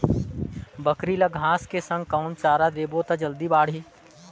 बकरी ल घांस के संग कौन चारा देबो त जल्दी बढाही?